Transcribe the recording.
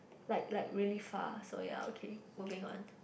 like like really far so ya okay moving on